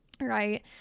right